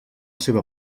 seva